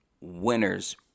winners